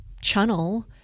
channel